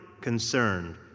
concerned